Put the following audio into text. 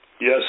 yes